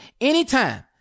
anytime